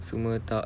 semua tak